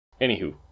Anywho